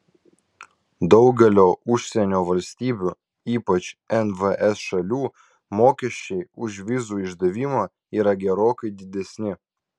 daugelio užsienio valstybių ypač nvs šalių mokesčiai už vizų išdavimą yra gerokai didesni